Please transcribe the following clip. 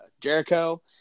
Jericho